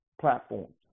platforms